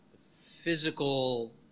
physical